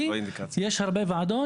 אבל איכות חייו של התושב,